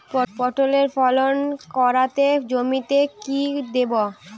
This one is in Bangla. পটলের ফলন কাড়াতে জমিতে কি দেবো?